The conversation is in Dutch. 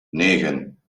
negen